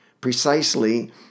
Precisely